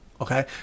Okay